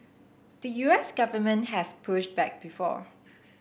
the U S government has pushed back before